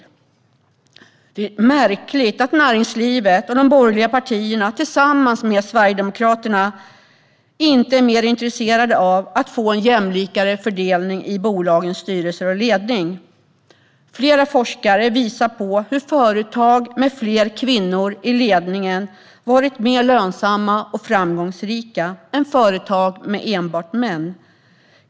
Det är märkligt att näringslivet och de borgerliga partierna tillsammans med Sverigedemokraterna inte är mer intresserade av att få en jämlikare fördelning i bolagens styrelser och ledning. Flera forskare visar på hur företag med fler kvinnor i ledningen har varit mer lönsamma och framgångsrika än företag med enbart män.